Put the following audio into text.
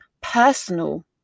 personal